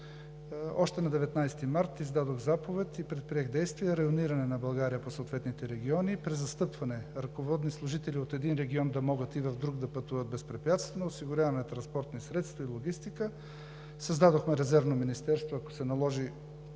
още на 19 март издадох заповед и предприех действия за районирането на България по съответните региони и за презастъпване – ръководни служители от един регион да могат да пътуват безпрепятствено в друг и осигуряваме транспортни средства и логистика. Създадохме резервно Министерство – ако се наложи,